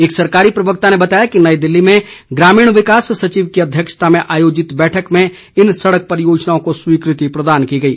एक सरकारी प्रवक्ता ने बताया कि नई दिल्ली में ग्रामीण विकास सचिव की अध्यक्षता में आयोजित बैठक में इन सड़क परियोजनाओं को स्वीकृति प्रदान की गई